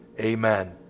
amen